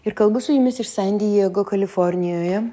ir kalbu su jumis iš san diego kalifornijoje